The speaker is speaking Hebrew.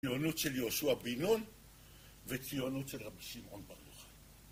ציונות של יהושע בין נון וציונות של רבי שמעון בר יוחאי